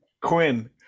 Quinn